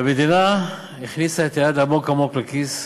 המדינה הכניסה את היד עמוק לכיס,